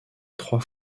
trois